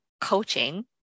coaching